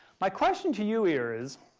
my question to you here is,